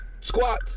Squat